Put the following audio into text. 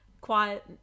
quiet